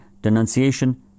denunciation